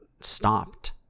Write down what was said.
stopped